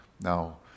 now